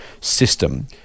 system